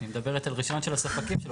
היא מדברת על רישיון של הספקים.